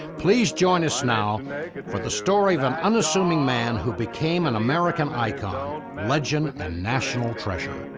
please join us now for the story of an unassuming man who became an american icon, legend and national treasure.